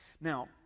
Now